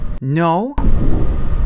No